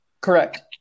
Correct